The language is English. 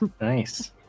nice